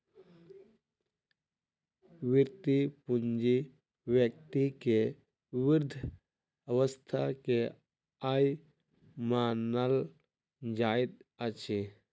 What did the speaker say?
वृति पूंजी व्यक्ति के वृद्ध अवस्था के आय मानल जाइत अछि